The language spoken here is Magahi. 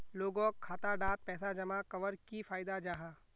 लोगोक खाता डात पैसा जमा कवर की फायदा जाहा?